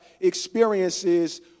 experiences